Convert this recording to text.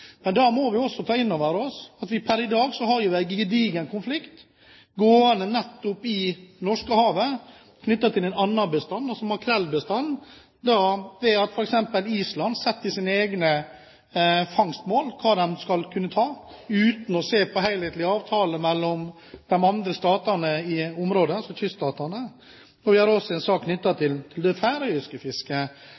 Men vi må også ta inn over oss at vi per i dag har en gedigen konflikt gående i Norskehavet når det gjelder en annen bestand, makrellbestanden, der f.eks. Island setter sine egne fangstmål – hva de skal kunne ta – uten å se på helhetlige avtaler mellom de andre kyststatene i området. Og vi har også en sak